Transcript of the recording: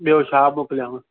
ॿियो छा मोकिलियांव